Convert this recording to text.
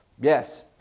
Yes